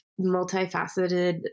multifaceted